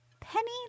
Penny